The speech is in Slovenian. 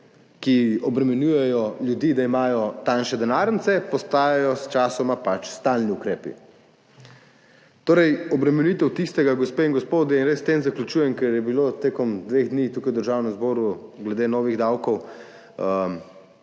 ki obremenjujejo ljudi, da imajo tanjše denarnice, postajajo sčasoma pač stalni ukrepi. Obremenitev tistega, gospe in gospodje, in s tem res zaključujem, ker je bilo tekom dveh dni tukaj v Državnem zboru glede novih davkov